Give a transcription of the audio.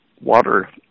water